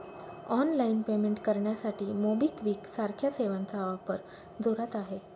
online payment करण्यासाठी MobiKwik सारख्या सेवांचा वापर जोरात आहे